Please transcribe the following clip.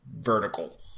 vertical